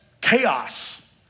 chaos